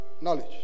knowledge